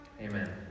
Amen